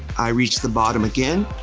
i reached the bottom again,